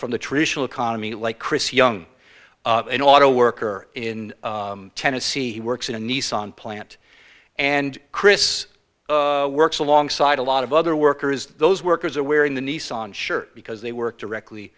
from the traditional economy like chris young an auto worker in tennessee he works in a nissan plant and chris works alongside a lot of other workers those workers are wearing the nissan shirt because they work directly